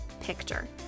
picture